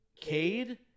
cade